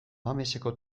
mameseko